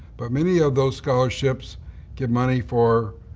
but many of those scholarships give money for a